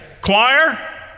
Choir